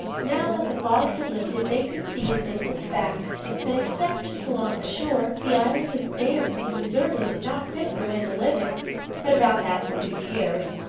now that the fog had lifted they could see as they looked back that, except just along the shore, the island was bare and deserted and not fit for men to live in but about that nobody cared.